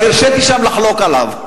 אבל הרשיתי שם לחלוק עליו.